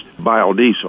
biodiesel